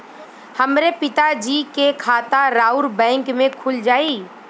हमरे पिता जी के खाता राउर बैंक में खुल जाई?